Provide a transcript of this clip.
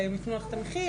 והם יתנו לך את המחיר.